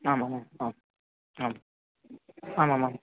आमामाम् आम् आम् आमामाम्